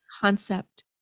concept